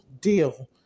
deal